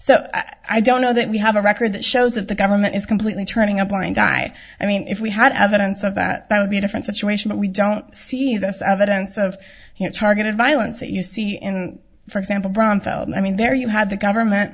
so i don't know that we have a record that shows that the government is completely turning a blind eye i mean if we had evidence of that that would be a different situation but we don't see this evidence of you know targeted violence that you see in for example brown fell and i mean there you had the government